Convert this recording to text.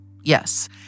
Yes